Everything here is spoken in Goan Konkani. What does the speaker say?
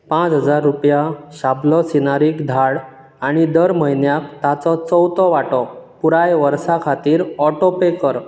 पांच हजार रुपया शाबलो सिनारीक धाड आनी दर म्हयन्याक ताचो चवथो वांटो पुराय वर्सा खातीर ऑटो पे कर